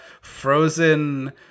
frozen